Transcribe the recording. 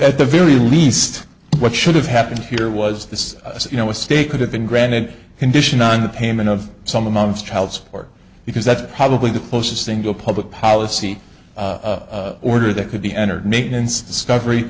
at the very least what should have happened here was this you know a state could have been granted condition on the payment of some amongst child support because that's probably the closest thing to a public policy order that could be entered maintenance